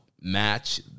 match